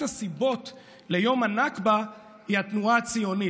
הסיבות ליום הנכבה היא התנועה הציונית.